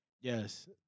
Yes